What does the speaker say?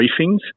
briefings